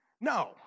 No